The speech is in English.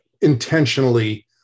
intentionally